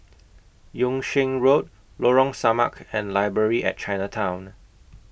Yung Sheng Road Lorong Samak and Library At Chinatown